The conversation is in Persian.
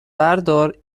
بردار